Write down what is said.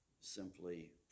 simply